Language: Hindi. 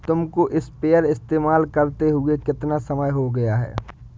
तुमको स्प्रेयर इस्तेमाल करते हुआ कितना समय हो गया है?